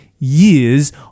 years